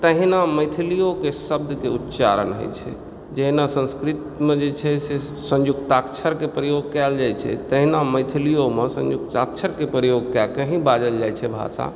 तहिना मैथलियौ के शब्द के उच्चारण होइ छै जेना संस्कृत मे जे छै से संयुक्ताक्षरके प्रयोग कएल जाइ छै तहिना मैथलियौमे संयुक्ताक्षर के प्रयोग कए के ही बाजल जाइ छै भाषा